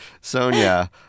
Sonia